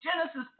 Genesis